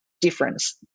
difference